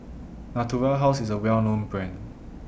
Natura House IS A Well known Brand